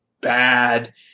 bad